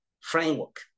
framework